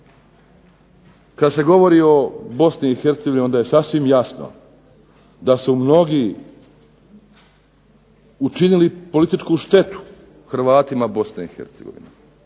kad se govori o Bosni i Hercegovini onda je sasvim jasno da su mnogi učinili političku štetu Hrvatima Bosne i Hercegovine,